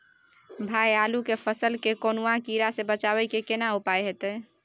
भाई आलू के फसल के कौनुआ कीरा से बचाबै के केना उपाय हैयत?